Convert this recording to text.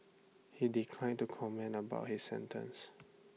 he declined to comment about his sentence